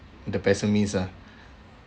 the pessimists ah